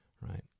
right